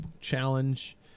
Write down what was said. Challenge